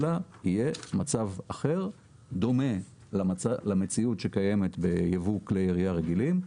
אלא יהיה מצב אחר דומה למציאות שקיימת בייבוא כלי ירייה רגילים.